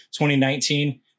2019